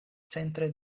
centre